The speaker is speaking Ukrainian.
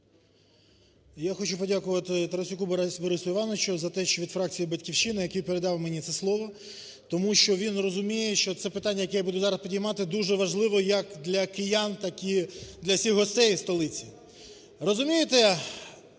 Я хочу подякувати Тарасюку Борису Івановичу за те, що від фракції "Батьківщина" який передав мені це слово. Тому що він розуміє, що те питання, яке я буду зараз піднімати, дуже важливе як для киян, так і для всіх гостей столиці. Розумієте,